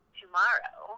tomorrow